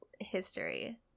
history